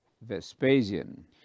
Vespasian